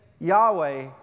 Yahweh